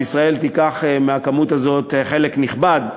ישראל תיקח מהכמות הזאת חלק נכבד,